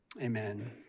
Amen